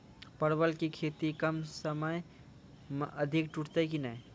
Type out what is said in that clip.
परवल की खेती कम समय मे अधिक टूटते की ने?